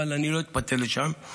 אבל אני לא אתפתה לשם.